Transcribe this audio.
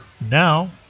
Now